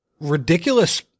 ridiculous